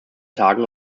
tagen